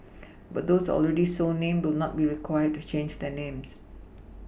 but those already so named will not be required to change their names